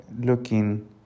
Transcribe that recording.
looking